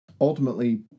ultimately